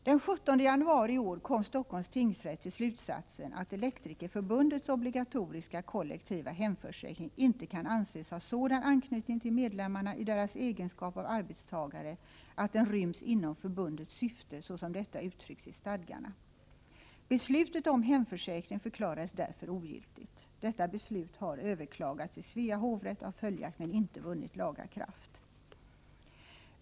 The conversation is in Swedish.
Den 17 januari i år kom Stockholms tingsrätt till slutsatsen att Elektrikerförbundets obligatoriska, kollektiva hemförsäkring inte kan anses ha sådan anknytning till medlemmarna i deras egenskap av arbetstagare att den ryms inom förbundets syfte, såsom detta uttrycks i stadgarna. Beslutet om hemförsäkring förklarades därför ogiltigt. Detta beslut har överklagats i Svea hovrätt och har följaktligen inte laga kraft.